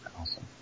Awesome